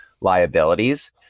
liabilities